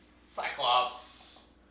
cyclops